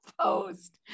post